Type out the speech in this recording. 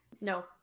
No